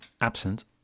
absent